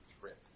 trip